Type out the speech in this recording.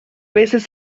veces